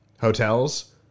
hotels